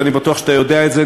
ואני בטוח שאתה יודע את זה,